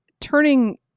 turning